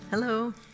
Hello